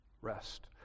rest